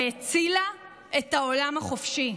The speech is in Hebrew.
והצילה את העולם החופשי.